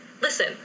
Listen